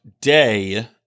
day